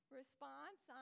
response